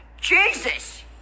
Jesus